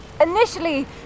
Initially